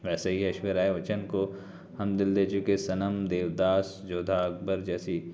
ویسے ہی ایشوریہ رائے بچن کو ہم دل دے چکے صنم دیوداس جودھا اکبر جیسی